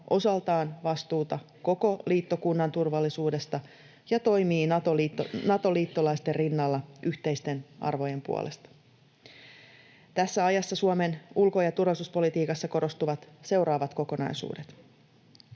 osaltaan vastuuta koko liittokunnan turvallisuudesta ja toimii Nato-liittolaisten rinnalla yhteisten arvojen puolesta. Tässä ajassa Suomen ulko- ja turvallisuuspolitiikassa korostuvat seuraavat kokonaisuudet: